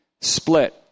split